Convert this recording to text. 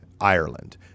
Ireland